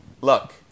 look